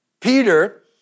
Peter